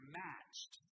matched